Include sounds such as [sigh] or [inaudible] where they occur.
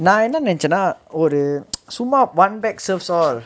நா என்ன நெனச்சனா ஒரு:naa enna nenachchanaa oru [noise] சும்மா:summa one bag serves all